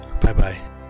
Bye-bye